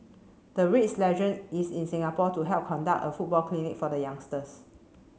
the reads legend is in Singapore to help conduct a football clinic for the youngsters